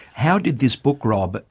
how did this book, rob,